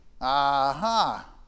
aha